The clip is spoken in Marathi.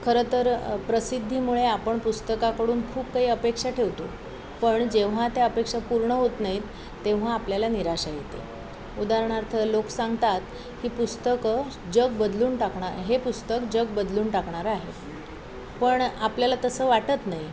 खरं तर प्रसिद्धीमुळे आपण पुस्तकाकडून खूप काही अपेक्षा ठेवतो पण जेव्हा त्या अपेक्षा पूर्ण होत नाहीत तेव्हा आपल्याला निराशा येते उदाहरणार्थ लोक सांगतात की पुस्तकं स् जग बदलून टाकणार् हे पुस्तक जग बदलून टाकणारं आहे पण आपल्याला तसं वाटत नाही